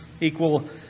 Equal